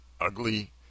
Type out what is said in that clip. ugly